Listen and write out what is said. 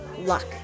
luck